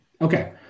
Okay